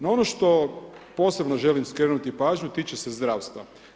No ono što posebno želim skrenuti pažnju tiče se zdravstva.